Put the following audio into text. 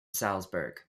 salzburg